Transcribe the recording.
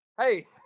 Hey